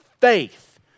faith